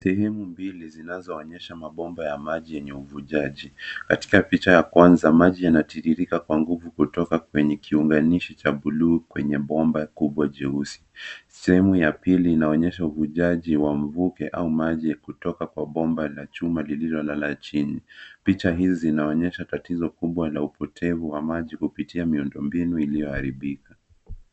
Sehemu mbili zinazoonyesha mabomba ya maji yenye uvujaji. Katika picha ya kwanza, maji yanatiririka kwa nguvu kutoka kwenye kiunganishi cha buluu kwenye bomba kubwa jeusi. Sehemu ya pili inaonyesha uvujaji wa mvuke au maji kutoka kwa bomba la chuma lililo la chini. Picha hizi zinaonyesha tatizo kubwa la upotevu wa maji kupitia miundo mbinu iliyoharibika.